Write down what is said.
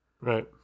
Right